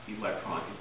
electron